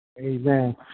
Amen